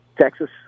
Texas